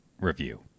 review